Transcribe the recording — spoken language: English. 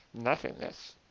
nothingness